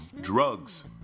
Drugs